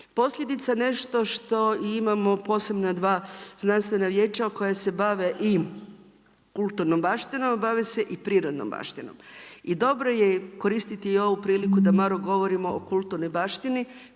Posljedica nešto što imamo posebna dva znanstvena vijeća koja se bave i kulturnom baštinom, bave se i prirodnom baštinom. I dobro je koristiti i ovu priliku da malo govorimo o kulturnoj baštini